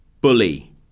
Bully